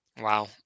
wow